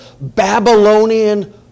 Babylonian